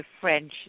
French